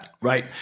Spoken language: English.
Right